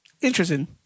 interesting